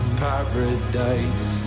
paradise